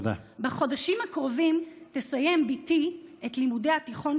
בחודשים הקרובים תסיים בתי את לימודי התיכון